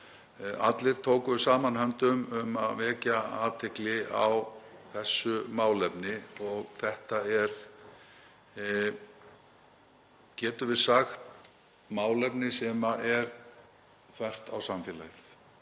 allir tóku höndum saman um að vekja athygli á þessu málefni. Þetta er, getum við sagt, málefni sem er þvert á samfélagið.